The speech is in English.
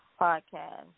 podcast